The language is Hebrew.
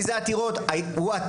אני רוצה להגיד איזה עתירות הוא עתר.